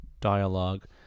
dialogue